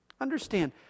Understand